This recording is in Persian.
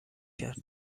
کرد